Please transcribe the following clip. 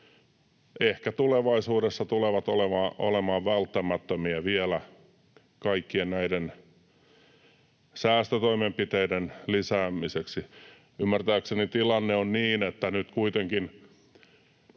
ehkä tulevaisuudessa tulevat olemaan välttämättömiä vielä kaikkien näiden säästötoimenpiteiden lisäämiseksi. Ymmärtääkseni tilanne on se, että nyt kuitenkin